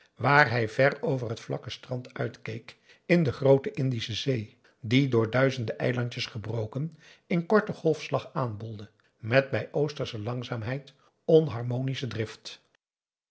waar hij ver over t vlakke strand uitkeek in de groote indische zee die door duizenden eilandjes gebroken in korten golfslag aanbolde met bij oostersche langzaamheid onharmonische drift